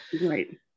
right